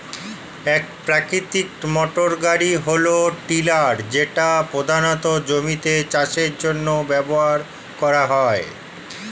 এক প্রকৃতির মোটরগাড়ি হল টিলার যেটা প্রধানত জমিতে চাষের জন্য ব্যবহার করা হয়